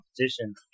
competition